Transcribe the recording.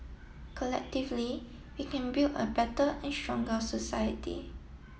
collectively we can build a better and stronger society